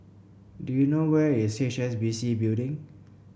do you know where is H S B C Building